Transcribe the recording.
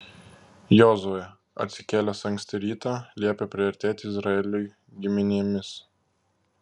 jozuė atsikėlęs anksti rytą liepė priartėti izraeliui giminėmis